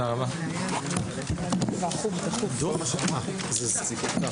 הישיבה ננעלה בשעה 12:31.